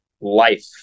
life